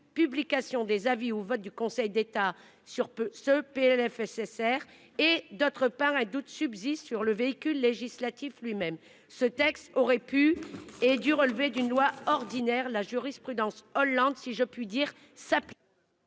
publication des avis au vote du Conseil d'État sur peut se PLFSSR et d'autre part un doute subsiste sur le véhicule législatif lui-même ce texte aurait pu et dû relever d'une loi ordinaire. La jurisprudence Hollande si je puis dire ça. Bien